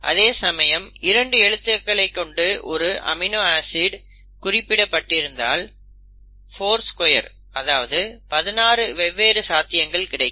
அதே சமயம் இரண்டு எழுத்துக்களை கொண்டு ஒரு அமினோ ஆசிட் குறிப்பிடப்பட்டிருந்தால் 42 16 வெவ்வேறு சாத்தியங்கள் கிடைக்கும்